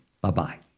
Bye-bye